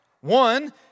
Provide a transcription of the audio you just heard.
One